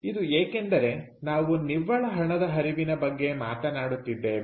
ಇದು ಏಕೆಂದರೆ ನಾವು ನಿವ್ವಳ ಹಣದ ಹರಿವಿನ ಬಗ್ಗೆ ಮಾತನಾಡುತ್ತಿದ್ದೇವೆ